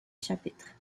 chapitre